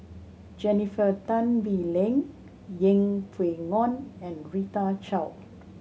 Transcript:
Jennifer Tan Bee Leng Yeng Pway Ngon and Rita Chao